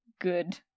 good